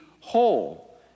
whole